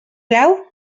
blau